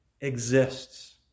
exists